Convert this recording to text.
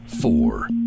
four